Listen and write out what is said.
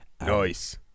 Nice